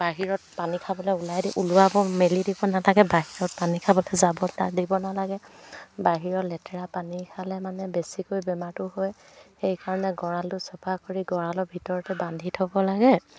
বাহিৰত পানী খাবলে ওলাই দি ওলাব মেলি দিব নথাগে বাহিৰত পানী খাবলে যাব তাত দিব নালাগে বাহিৰৰ লেতেৰা পানী খালে মানে বেছিকৈ বেমাৰটো হয় সেইকাৰণে গঁৰালটো চফা কৰি গঁৰালৰ ভিতৰতে বান্ধি থ'ব লাগে